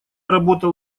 работал